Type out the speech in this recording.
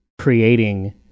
creating